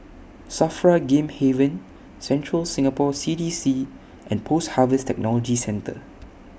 SAFRA Game Haven Central Singapore C D C and Post Harvest Technology Centre